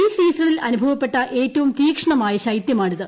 ഇൌ സീസണിൽ അനുഭവപ്പെട്ട ഏറ്റവും തീഷ്ണമായ ശൈത്യമാണിത്